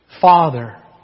Father